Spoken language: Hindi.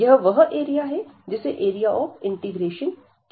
यह वह एरिया है जिसे एरिया ऑफ़ इंटीग्रेशन कहते हैं